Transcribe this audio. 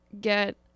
get